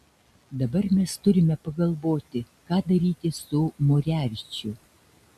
dabar mes turime pagalvoti ką daryti su moriarčiu